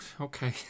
Okay